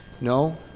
no